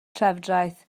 trefdraeth